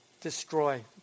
destroy